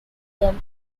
them